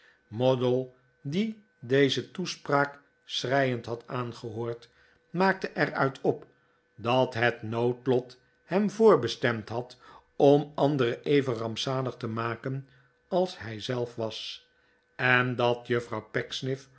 moddle die deze toespraak schreiend had aangehoord maakte er uit op dat het noodlot hem voorbestemd had om anderen even rampzalig te maken als hij zelf was en dat juffrouw